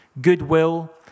goodwill